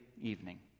evening